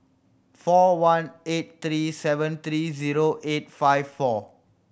four one eight three seven three zero eight five four